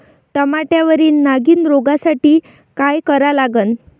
टमाट्यावरील नागीण रोगसाठी काय करा लागन?